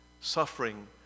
suffering